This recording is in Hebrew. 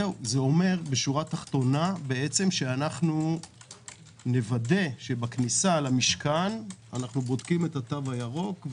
זה אומר שאנחנו נוודא שבכניסה למשכן אנו בודקם את התו הירוק,